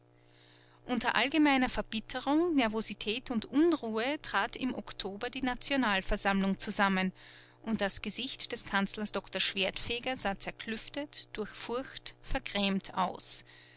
unter allgemeiner verbitterung nervosität und unruhe trat im oktober die nationalversammlung zusammen und das gesicht des kanzlers doktor schwertfeger sah zerklüftet durchfurcht vergrämt aus